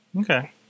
Okay